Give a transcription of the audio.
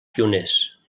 pioners